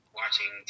watching